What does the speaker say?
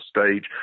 stage